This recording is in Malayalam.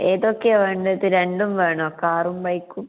ഏതൊക്കെയാണ് വേണ്ടത് രണ്ടും വേണോ കാറും ബൈക്കും